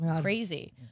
Crazy